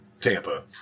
Tampa